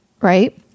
Right